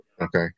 Okay